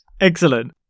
Excellent